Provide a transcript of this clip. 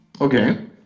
Okay